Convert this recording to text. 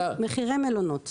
מחירי מלונות.